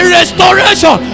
restoration